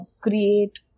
create